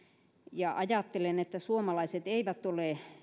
ja ajattelen että suomalaiset eivät ole